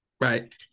Right